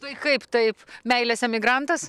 tai kaip taip meilės emigrantas